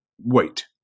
Wait